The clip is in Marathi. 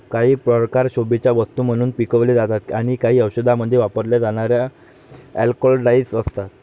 काही प्रकार शोभेच्या वस्तू म्हणून पिकवले जातात आणि काही औषधांमध्ये वापरल्या जाणाऱ्या अल्कलॉइड्स असतात